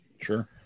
sure